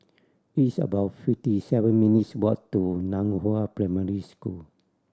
it's about fifty seven minutes' walk to Nan Hua Primary School